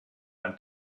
ein